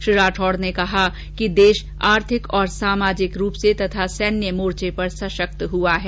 श्री राठौड ने देश आर्थिक और सामाजिक रूप से तथा सैन्य मोर्चे पर सशक्त हआ है